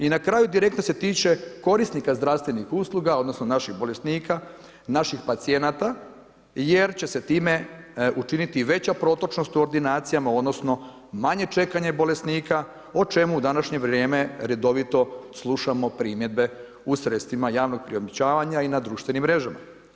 I na kraju, direktno se tiče korisnika zdravstvenih usluga odnosno naših bolesnika, naših pacijenata jer će se time učiniti veća protočnost u ordinacijama odnosno manje čekanja bolesnika o čemu u današnje vrijeme redovito slušamo primjedbe u sredstvima javnog priopćavanja i na društvenim mrežama.